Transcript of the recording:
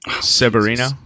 Severino